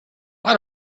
why